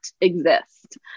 exist